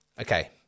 okay